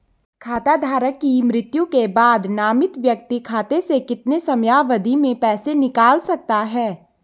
खाता धारक की मृत्यु के बाद नामित व्यक्ति खाते से कितने समयावधि में पैसे निकाल सकता है?